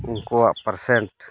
percent